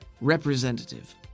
Representative